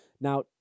Now